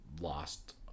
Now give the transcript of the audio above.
lost